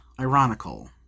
ironical